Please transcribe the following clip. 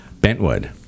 Bentwood